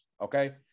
okay